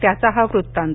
त्याचा हा वृत्तांत